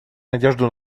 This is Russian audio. надежду